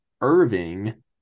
Irving